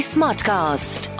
Smartcast